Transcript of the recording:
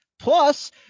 Plus